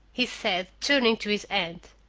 he said, turning to his aunt,